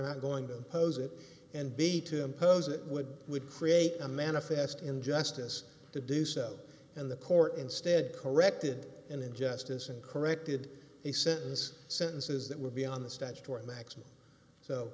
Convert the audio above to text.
not going to oppose it and b to impose it would would create a manifest injustice to do so and the court instead corrected an injustice and corrected a sentence sentences that would be on the statutory maximum so